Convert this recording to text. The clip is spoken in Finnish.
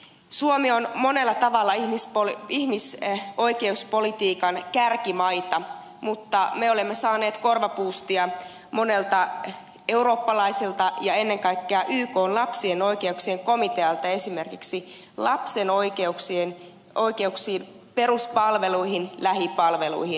suomi on monella tavalla ihmisoikeuspolitiikan kärkimaita mutta me olemme saaneet korvapuustia monelta eurooppalaiselta ja ennen kaikkea ykn lapsen oikeuksien komitealta esimerkiksi lapsen oikeuksiin peruspalveluihin lähipalveluihin liittyen